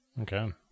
Okay